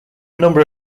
number